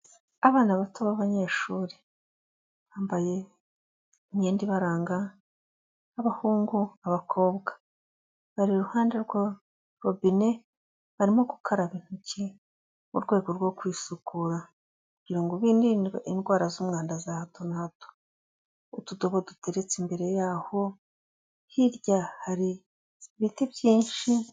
Abana bato b'abanyeshuri, bambaye imyenda ibaranga; nk'abahungu, abakobwa. Bari iruhande rwa robine, barimo gukaraba intoki mu rwego rwo kwisukura, kugira ngo birinde indwara z'umwanda za hato na hato. Utudobo duteretse imbere yaho, hirya hari ibiti byinshi...